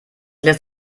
lässt